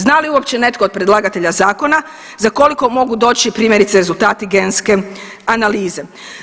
Zna li uopće netko od predlagatelja zakona za koliko mogu doći, primjerice, rezultati genske analize?